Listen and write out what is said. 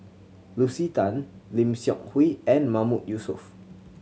Lucy Tan Lim Seok Hui and Mahmood Yusof